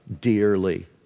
dearly